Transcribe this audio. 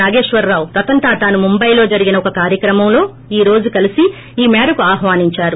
నాగేశ్వరరావు రతన్ టాటాను ముంబైలో జరిగిన ఒక కార్యక్రమంలో ఈ రోజు కలిసి ఈ మేరకు ఆహ్వానించారు